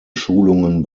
schulungen